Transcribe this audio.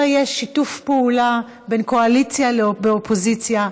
כאשר יש שיתוף פעולה בין קואליציה לאופוזיציה,